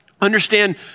understand